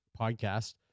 podcast